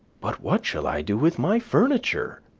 but what shall i do with my furniture?